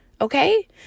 Okay